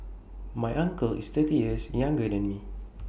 my uncle is thirty years younger than me